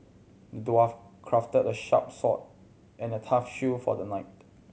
the dwarf crafted a sharp sword and a tough shield for the knight